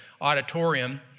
auditorium